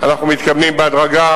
אנחנו מתכוונים בהדרגה